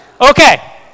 Okay